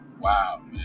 wow